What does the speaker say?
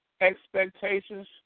expectations